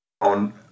on